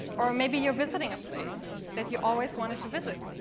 or maybe you're visiting a place that you always wanted to visit.